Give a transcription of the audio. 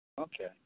Okay